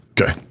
Okay